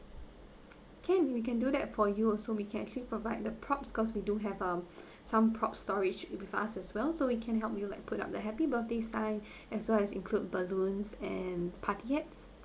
can we can do that for you also we can actually provide the props cause we do have um some proud storage with us as well so we can help you like put up the happy birthday sign as well as include balloons and party hats